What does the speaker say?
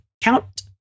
Count